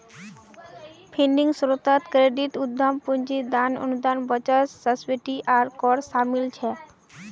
funding स्रोतोत credit, उद्दाम पूंजी, दान, अनुदान, बचत, सब्सिडी आर कर शामिल छे